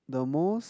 the most